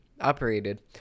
operated